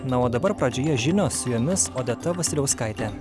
na o dabar pradžioje žinios su jomis odeta vasiliauskaitė